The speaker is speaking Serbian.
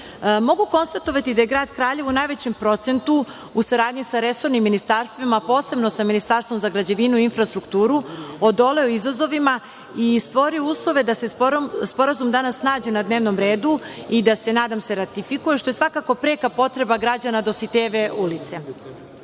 konstatovati da je Grad Kraljevo u najvećem procentu u saradnji sa resornim ministarstvima, posebno sa Ministarstvom za građevinu i infrastrukturu odoleo izazovima i stvorio uslove da se sporazum danas nađe na dnevnom redu i da se nadam se ratifikuje, što je svakako preka potreba građana Dositejeve